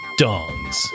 Dongs